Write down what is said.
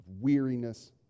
weariness